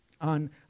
on